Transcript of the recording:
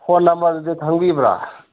phone ꯅꯝꯕꯔꯗꯨꯗꯤ ꯈꯪꯕꯤꯕ꯭ꯔꯥ